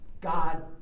God